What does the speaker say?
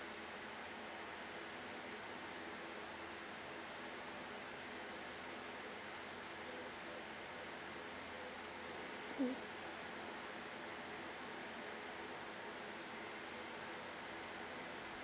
mm